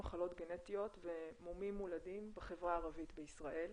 מחלות גנטיות ומומים מולדים בחברה הערבית בישראל.